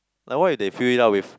like what if they fill it up with